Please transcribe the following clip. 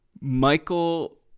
Michael